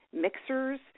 mixers